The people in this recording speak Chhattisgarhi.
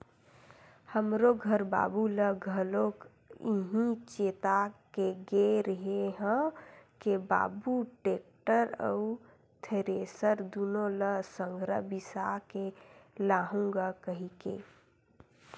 हमरो घर बाबू ल घलोक इहीं चेता के गे रेहे हंव के बाबू टेक्टर अउ थेरेसर दुनो ल संघरा बिसा के लाहूँ गा कहिके